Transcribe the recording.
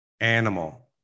animal